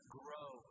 grow